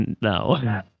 No